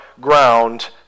ground